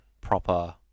proper